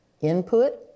Input